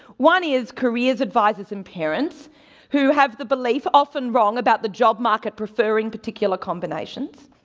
one is careers advisors and parents who have the belief, often wrong, about the job market preferring particular combinations.